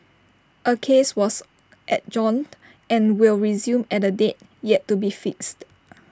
A case was adjourned and will resume at A date yet to be fixed